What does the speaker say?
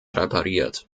repariert